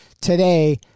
today